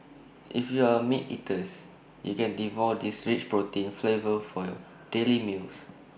if you are A meat eaters you can devote this rich protein flavor for your daily meals